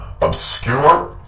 obscure